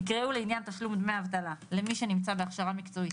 יקראו לעניין תשלום דמי אבטלה למי שנמצא בהכשרה מקצועית